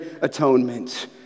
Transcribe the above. atonement